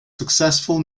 successful